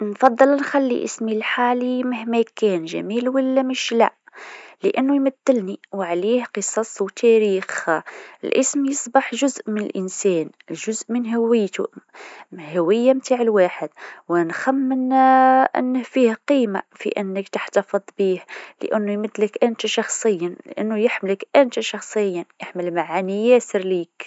نفضل نخلي اسمي الحالي مهما كان جميل ولا مش لا، لأنو يمثلني و عليه قصص و تاريخ، الإسم يصبح جزء من الإنسان جزء من هويتو، الهويه متاع الواحد ونخمن إنه فيه قيمه في إنك تحتفظ بيه لأنو يمثلك إنت شخصيا، لأنو يحملك إنت شخصيا، يحمل معاني ياسر ليك.